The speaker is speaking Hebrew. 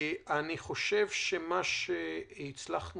אני חושב שמה שהצלחנו